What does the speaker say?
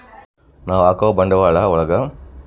ನಾವ್ ಹಾಕೋ ಬಂಡವಾಳ ಒಳಗ ಲಾಭ ಆದ್ರೆ ಅದು ಗೇನ್ ಆಗುತ್ತೆ